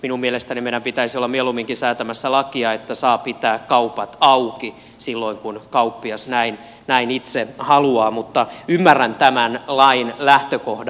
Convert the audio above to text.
minun mielestäni meidän pitäisi olla mieluumminkin säätämässä lakia että saa pitää kaupat auki silloin kun kauppias näin itse haluaa mutta ymmärrän tämän lain lähtökohdan